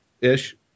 Ish